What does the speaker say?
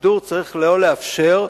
הגידור צריך לא לאפשר,